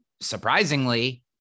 surprisingly